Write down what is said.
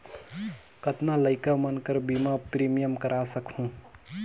कतना लइका मन कर बीमा प्रीमियम करा सकहुं?